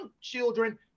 children